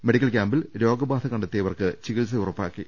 medical ക്യാമ്പിൽ രോഗബാധ കണ്ടെത്തിയ വർക്ക് ചികിത്സ ഉറപ്പാക്കി